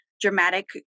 dramatic